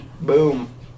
Boom